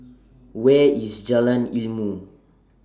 Where IS Jalan Ilmu